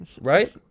right